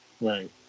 Right